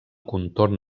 contorn